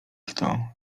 kto